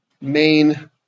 main